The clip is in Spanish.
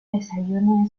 desayuno